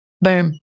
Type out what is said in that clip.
boom